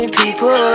people